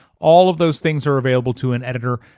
all of those things are available to an editor.